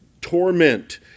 torment